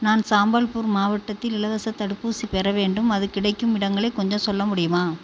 நான் சாம்பல்பூர் மாவட்டத்தில் இலவசத் தடுப்பூசி பெற வேண்டும் அது கிடைக்கும் இடங்களை கொஞ்சம் சொல்ல முடியுமா